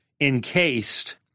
encased